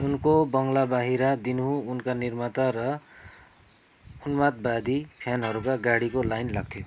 उनको बङ्गलाबाहिर दिनहुँ उनका निर्माता र उन्मादवादी फ्यानहरूका गाडीको लाइन लाग्थ्यो